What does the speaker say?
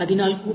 65614